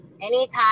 anytime